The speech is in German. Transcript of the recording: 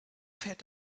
fährt